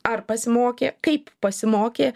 ar pasimokė kaip pasimokė